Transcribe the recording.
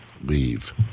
leave